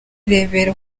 kwirebera